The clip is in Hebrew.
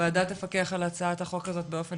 הוועדה תפקח על הצעת החוק הזאת באופן